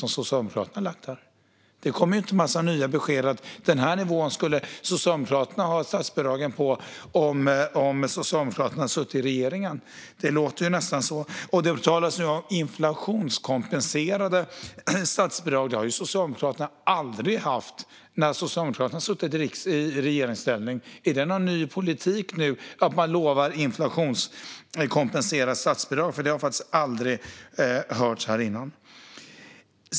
Det ges inga besked om vilken nivå Socialdemokraterna skulle ha lagt statsbidragen på om de hade suttit i regering. Det talas om inflationskompenserande statsbidrag, något Socialdemokraterna aldrig haft när de suttit i regeringsställning. Är det en ny politik att lova inflationskompenserande statsbidrag? Det har ju aldrig hörts här innan.